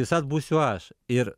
visad būsiu aš ir